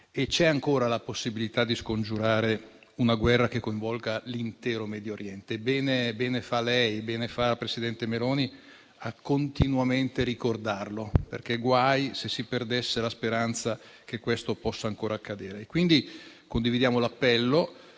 C'è ancora la possibilità di scongiurare una guerra che coinvolga l'intero Medio Oriente. Bene fa lei e bene fa la presidente Meloni a ricordarlo continuamente, perché guai se si perdesse la speranza che questo possa ancora accadere. Condividiamo l'appello